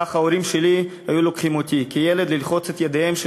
כך ההורים שלי היו לוקחים אותי כילד ללחוץ את ידיהם של